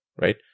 right